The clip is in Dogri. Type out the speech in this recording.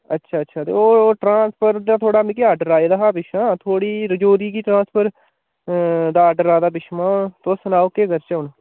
अच्छा अच्छा ते ओह् ट्रांसफर दा थोह्ड़ा मिकी आर्डर आए दा हा पिच्छोआं थुआढ़ी रजौरी गी ट्रांसफर दा आर्डर आए दा पिच्छोआं तुस सनाओ केह् करचै हून